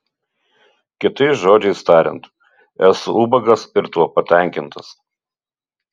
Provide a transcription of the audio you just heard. kitais žodžiais tariant esu ubagas ir tuo patenkintas